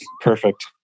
Perfect